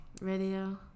Radio